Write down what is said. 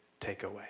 takeaway